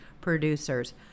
producers